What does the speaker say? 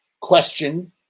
question